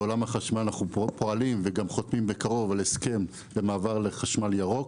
בעולם החשמל אנו פועלים וגם חותמים בקרוב על הסכם למעבר לחשמל ירוק